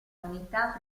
unità